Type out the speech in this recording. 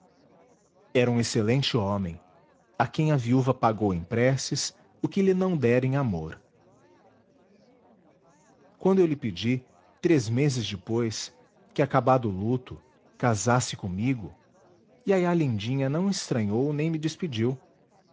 era um excelente homem a quem a viúva pagou em preces o que lhe não dera em amor quando eu lhe pedi três meses depois que acabado o luto casasse comigo iaiá lindinha não estranhou nem me despediu